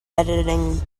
editing